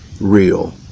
real